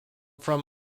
from